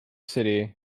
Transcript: city